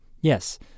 yes